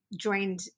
joined